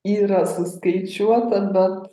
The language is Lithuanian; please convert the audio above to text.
yra suskaičiuota bet